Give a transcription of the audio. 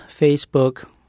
Facebook